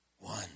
One